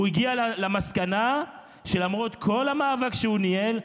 הוא הגיע למסקנה שלמרות כל המאבק שהוא ניהל,